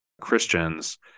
Christians